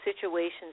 situations